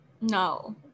no